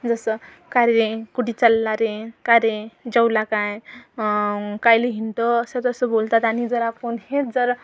जसं का रे कुठे चालला रे का रे जेवला काय कायले हिंडतो असं तसं बोलतात आणि जर आपण हेच जर